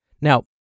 Now